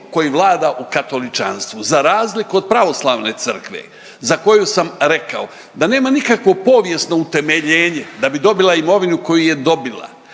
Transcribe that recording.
koji vlada u katoličanstvu za razliku od Pravoslavne crkve za koju sam rekao da nema nikakvo povijesno utemeljenje da bi dobila imovinu koju je dobila,